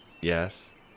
Yes